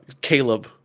Caleb